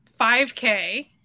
5k